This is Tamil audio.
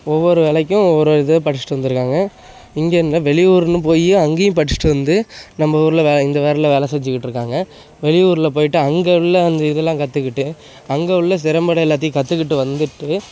ஒவ்வொரு வேலைக்கும் ஒவ்வொரு இதை படிச்சிவிட்டு வந்துருக்காங்க இங்கே இல்லை வெளியூருன்னு போய் அங்கேயும் படிச்சிவிட்டு வந்து நம்ப ஊரில் வே இந்த வேரில் வேலை செஞ்சிகிட்டு இருக்காங்க வெளியூரில் போயிட்டு அங்கே உள்ள அந்த இதெல்லாம் கற்றுக்கிட்டு அங்கே உள்ள சிறம்பட எல்லாத்தையும் கற்றுக்கிட்டு வந்துவிட்டு